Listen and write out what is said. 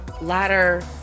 Ladder